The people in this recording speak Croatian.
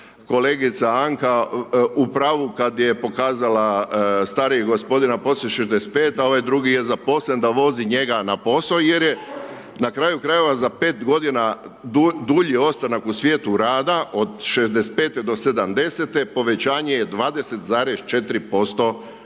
kolegica Anka u pravu kada je pokazala starijeg gospodina poslije 65, a ovaj drugi je zaposlen da vozi njega na posao jer je na kraju krajeva za 5 godina dulji ostanak u svijetu rada od 65.-te do 70.-te povećanje je 20,4% mirovine.